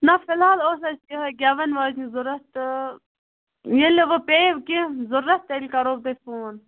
نہَ فِلحال اوس اَسہِ یہَے گٮ۪ون واجیٚنی ضروٗرت تہٕ ییٚلہِ وۅنۍ پیٚیہِ کیٚنٛہہ ضروٗرت تیٚلہِ کرو بہٕ تۄہہِ فون